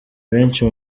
benshi